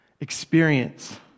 experience